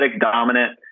dominant